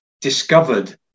discovered